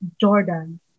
Jordan